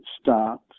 start